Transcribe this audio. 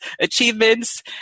achievements